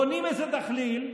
בונים איזה דחליל,